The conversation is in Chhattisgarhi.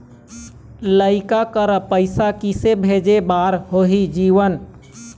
लइका करा पैसा किसे भेजे बार होही जीवन